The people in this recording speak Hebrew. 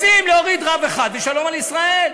מציעים להוריד רב אחד ושלום על ישראל.